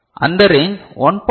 அந்த ரேஞ்ச் 1